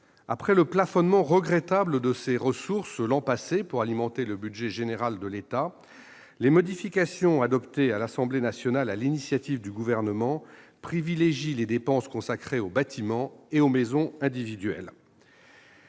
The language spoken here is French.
regrettable plafonnement de ses ressources, l'an passé, pour alimenter le budget général de l'État, les modifications adoptées à l'Assemblée nationale sur l'initiative du Gouvernement privilégient les dépenses consacrées aux bâtiments et aux maisons individuelles,